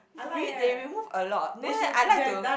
re~ they remove a lot no leh I like to